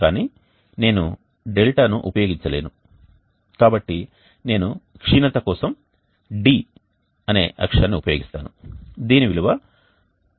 కానీ నేను δ డెల్టాను ఉపయోగించలేను కాబట్టి నేను క్షీణత కోసం d అనే అక్షరాన్ని ఉపయోగిస్తాను దీని విలువ 23